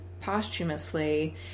posthumously